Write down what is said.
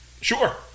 Sure